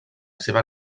seva